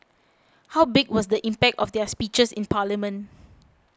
how big was the impact of their speeches in parliament